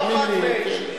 תאמין לי.